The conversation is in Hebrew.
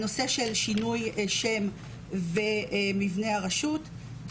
הנושא של שינוי שם ומבנה הרשות,